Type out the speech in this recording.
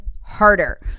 harder